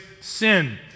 sin